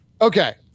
Okay